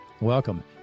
Welcome